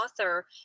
author